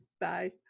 Bye